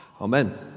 Amen